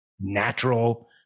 natural